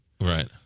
Right